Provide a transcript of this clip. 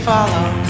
follow